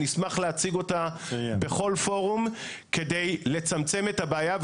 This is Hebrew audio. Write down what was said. שנשמח להציג אותה בכל פורום כדי לצמצם את הבעיה.